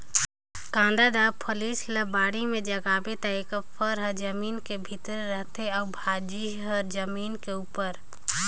कांदादार फसिल ल बाड़ी में जगाबे ता एकर फर हर जमीन कर भीतरे रहथे अउ भाजी हर जमीन कर उपर